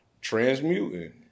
transmuting